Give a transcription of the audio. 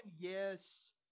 yes